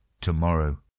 tomorrow